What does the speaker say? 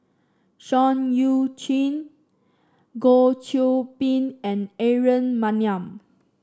Seah Eu Chin Goh Qiu Bin and Aaron Maniam